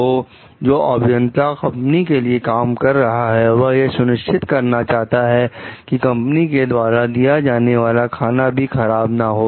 तो जो अभियंता कंपनी के लिए काम कर रहा है वह यह सुनिश्चित करना चाहता है कि कंपनी के द्वारा दिया जाने वाला खाना भी खराब ना हो